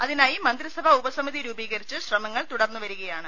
അതിനായി മന്ത്രി സഭാ ഉപസമിതി രൂപീകരിച്ച് ശ്രമങ്ങൾ തുടർന്ന് വരികയാണ്